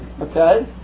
okay